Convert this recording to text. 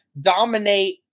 dominate